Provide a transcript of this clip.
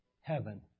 heaven